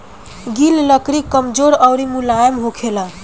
गिल लकड़ी कमजोर अउर मुलायम होखेला